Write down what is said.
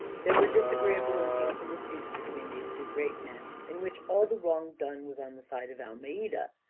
there were disagreeable and painful disputes between these two great men, in which all the wrong done was on the side of almeida.